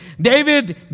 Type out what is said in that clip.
David